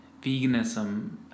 veganism